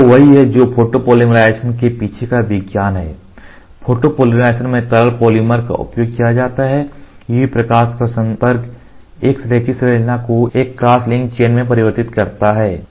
तो यह वही है जो फोटोपॉलीमराइज़ेशन के पीछे का विज्ञान है फोटोपॉलीमराइज़ेशन में तरल पॉलीमर का उपयोग किया जाता है UV प्रकाश का संपर्क एक रेखीय श्रृंखला को एक क्रॉस लिंक्ड चेन में परिवर्तित करता है